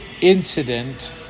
incident